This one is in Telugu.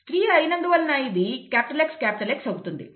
స్త్రీ అయినందువలన ఇది XX అవుతుంది